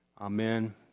Amen